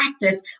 practice